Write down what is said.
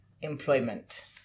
employment